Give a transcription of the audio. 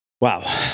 Wow